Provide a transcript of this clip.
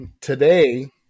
today